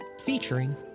featuring